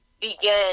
begin